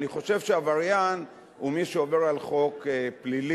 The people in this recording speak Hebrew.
אני חושב שעבריין הוא מי שעובר על חוק פלילי,